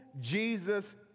Jesus